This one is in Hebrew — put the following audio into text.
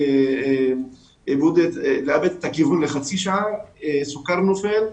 אפשר לאבד את הכיוון לחצי שעה כשהסוכר נופל.